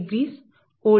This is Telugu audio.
50 volts